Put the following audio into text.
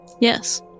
Yes